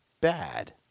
bad